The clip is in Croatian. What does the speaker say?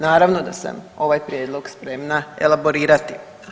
Naravno, da sam ovaj prijedlog spremna elaborirati.